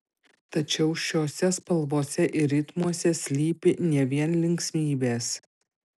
tačiau šiose spalvose ir ritmuose slypi ne vien linksmybės